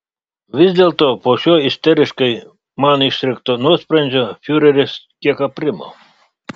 vis dėlto po šio isteriškai man išrėkto nuosprendžio fiureris kiek aprimo